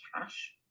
cash